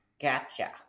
Gotcha